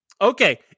Okay